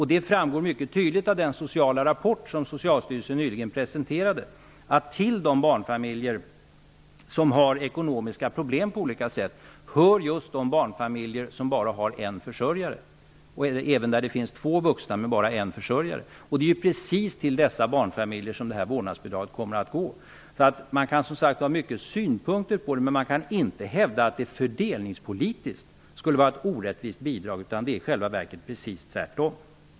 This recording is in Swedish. Det framgår mycket tydligt av den sociala rapport som Socialstyrelsen nyligen presenterade, att till de barnfamiljer som har ekonomiska problem hör just de barnfamiljer som bara har en försörjare och även barnfamiljer med två vuxna men bara en försörjare. Det är just till dessa barnfamiljer som vårdnadsbidraget kommer att gå. Man kan ha många synpunkter på det, men man kan inte hävda att vårdnadsbidraget fördelningspolitiskt skulle vara orättvist. Det är i själva verket precis tvärtom.